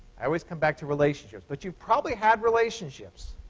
i always come back to relationships. but you've probably had relationships